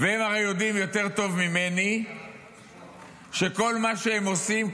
והם הרי יודעים יותר טוב ממני שכל מה שהם עושים,